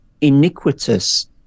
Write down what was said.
iniquitous